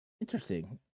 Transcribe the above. interesting